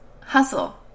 Hustle